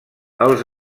els